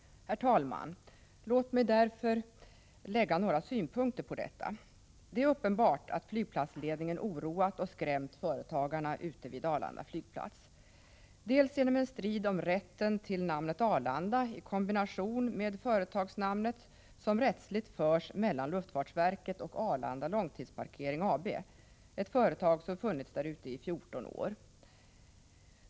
Låt mig därför lägga några synpunkter på detta. Det är uppenbart att flygplatsledningen oroat och skrämt företagarna ute vid Arlanda flygplats, bl.a. genom en strid om rätten till namnet Arlanda i kombination med företagsnamnet som rättsligt förs mellan luftfartsverket och Arlanda Långtidsparkering AB - ett företag som funnits där ute i 14 år.